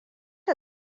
ya